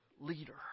leader